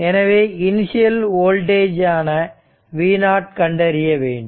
எனவே initial voltage ஆன v0 கண்டறிய வேண்டும்